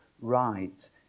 right